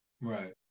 Right